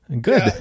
Good